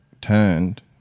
turned